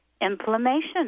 inflammation